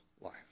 life